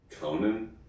Conan